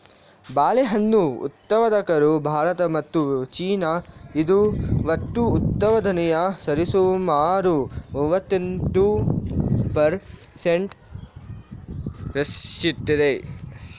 ಬಾಳೆಹಣ್ಣು ಉತ್ಪಾದಕರು ಭಾರತ ಮತ್ತು ಚೀನಾ, ಇದು ಒಟ್ಟು ಉತ್ಪಾದನೆಯ ಸರಿಸುಮಾರು ಮೂವತ್ತೆಂಟು ಪರ್ ಸೆಂಟ್ ರಷ್ಟಿದೆ